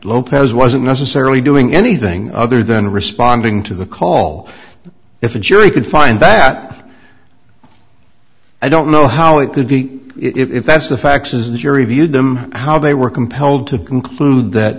lopez wasn't necessarily doing anything other than responding to the call if a jury could find bath thought i don't know how it could be if that's the facts is the jury viewed them how they were compelled to conclude that